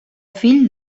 fill